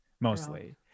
mostly